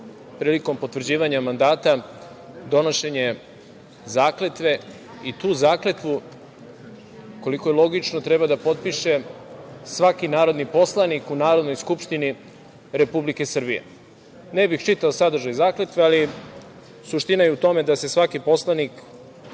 prilikom potvrđivanja mandata donošenje zakletve i tu zakletvu, koliko je logično, treba da potpiše svaki narodni poslanik u Narodnoj skupštini Republike Srbije. Ne bih čitao sadržaj zakletve, ali suština je u tome da se svaki poslanik